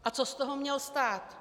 A co z toho měl stát?